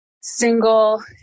single